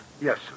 Yes